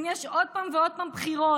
אם יש עוד פעם ועוד פעם בחירות,